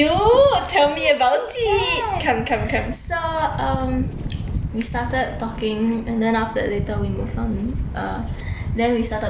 a cute guy so um we started talking and then after that later we moved on err then we started calling